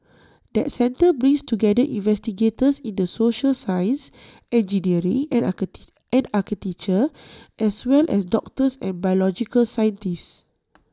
that centre brings together investigators in the social sciences engineering and and architecture as well as doctors and biological scientists